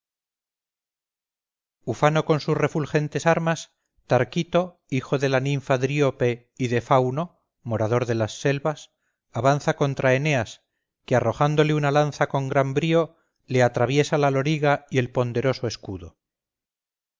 ufano con sus refulgentes armas tarquito hijo de la ninfa dríope y de fauno morador de las selvas avanza contra eneas que arrojándole una lanza con gran brío le atraviesa la loriga y el ponderoso escudo